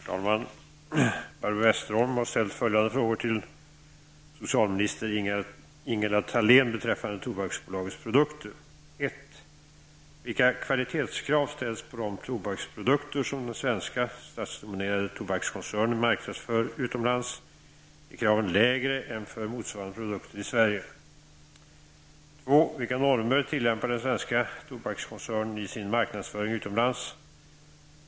Herr talman! Barbro Westerholm har ställt följande frågor till socialminister Ingela Thalén beträffande Tobaksbolagets produkter: 1. Vilka kvalitetskrav ställs på de tobaksprodukter som den svenska, statsdominerade tobakskoncernen marknadsför utomlands? Är kraven lägre än för motsvarande produkter i Sverige? 2. Vilka normer tillämpar den svenska tobakskoncernen i sin marknadsföring utomlands?